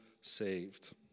saved